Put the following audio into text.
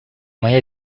моя